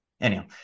anyhow